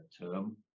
term